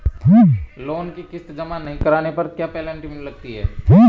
Loan की किश्त जमा नहीं कराने पर क्या पेनल्टी लगती है?